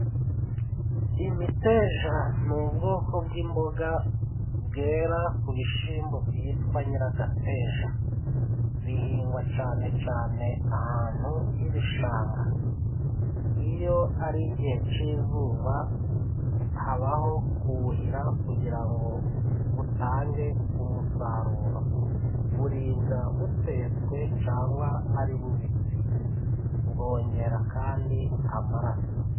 Imiteja nI ubwoko bw'imboga bwera ku bishimbo byitwa nyiragateja. Bihingwa cane cane ahantu h'ibishanga. Iyo ari igihe c'izuba habaho kuhira kugira ngo butange umusaruro. Buribwa butetswe cangwa ari bubisi. Bwongera kandi amaraso.